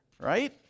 right